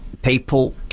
People